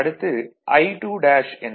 அடுத்து I2' என்பது V1Z